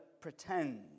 pretend